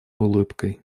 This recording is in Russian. улыбкой